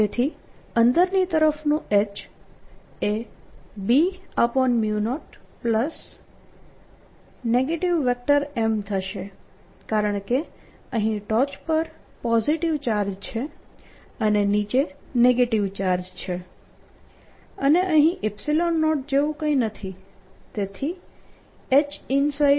તેથી અંદરની તરફનું H એ B0 થશે કારણકે અહીં ટોચ પર પોઝીટીવ ચાર્જ છે અને નીચે નેગેટીવ ચાર્જ છે અને અહીં 0 જેવું કઈ નથી